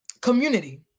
Community